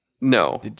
No